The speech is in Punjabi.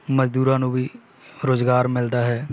ਮਜ਼ਦੂਰਾਂ ਨੂੰ ਵੀ ਰੁਜ਼ਗਾਰ ਮਿਲਦਾ ਹੈ